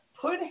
put